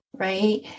right